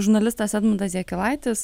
žurnalistas edmundas jakilaitis